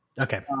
Okay